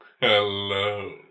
Hello